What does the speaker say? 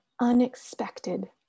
unexpected